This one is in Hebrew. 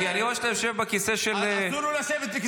כי אני רואה שאתה יושב בכיסא -- תנו לו לשבת בכיסא של שרים.